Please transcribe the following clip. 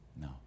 No